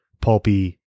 pulpy